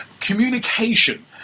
Communication